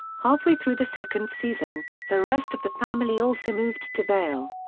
halfway through the second season, the rest of the family also moved to vail.